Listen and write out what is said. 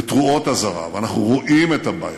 ותרועות אזהרה, ואנחנו רואים את הבעיה.